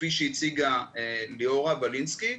כפי שהציגה ליאורה ולינסקי,